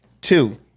two